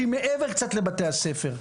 שהיא קצת מעבר לבתי הספר,